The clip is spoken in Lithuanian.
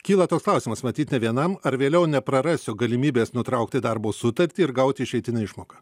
kyla toks klausimas matyt ne vienam ar vėliau neprarasiu galimybės nutraukti darbo sutartį ir gauti išeitinę išmoką